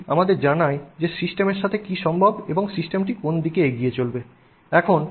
এটি আমাদের জানায় যে সিস্টেমের সাথে কী সম্ভব এবং সিস্টেমটি কোন দিকে এগিয়ে চলবে